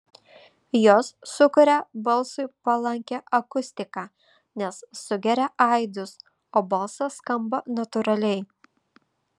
jos sukuria balsui palankią akustiką nes sugeria aidus o balsas skamba natūraliai